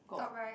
top right